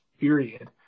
period